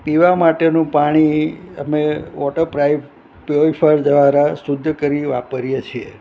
પીવા માટેનું પાણી અમે વોટર પાઇપ પયોરીફાય દ્વારા શુદ્ધ કરી વાપરીએ છીએ